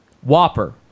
Whopper